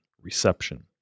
reception